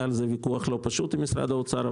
היה עליו ויכוח לא פשוט עם משרד האוצר.